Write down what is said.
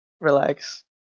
Relax